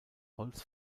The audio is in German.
holz